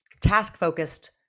task-focused